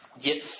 get